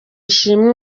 ishimwe